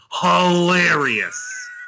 hilarious